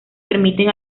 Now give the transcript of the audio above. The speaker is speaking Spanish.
permiten